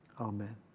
Amen